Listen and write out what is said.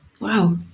Wow